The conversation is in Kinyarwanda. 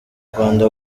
rwanda